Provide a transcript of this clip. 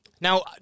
Now